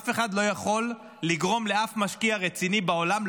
אף אחד לא יכול לגרום לאף משקיע רציני בעולם,